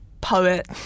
poet